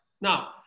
Now